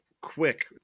quick